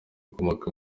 ukomoka